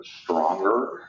stronger